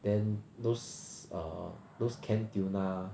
then those err those canned tuna